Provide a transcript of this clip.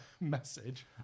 message